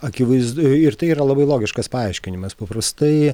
akivaizdu ir tai yra labai logiškas paaiškinimas paprastai